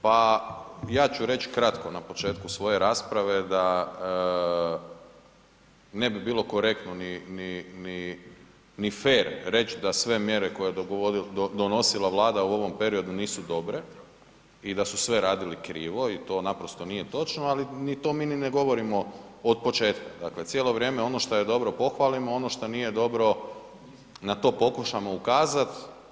Pa ja ću reć kratko na početku svoje rasprave da ne bi bilo korektno ni fer reć da sve mjere koje je donosila Vlada u ovom periodu nisu dobre i da su sve radil i krivo i to naprosto nije točno, ali to mi ni ne govorimo od početka, dakle cijelo vrijeme ono što je dobro pohvalimo, ono što nije dobro, na to pokušamo ukazat.